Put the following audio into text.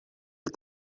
que